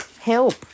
help